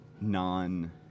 non